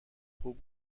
خوب